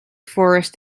forest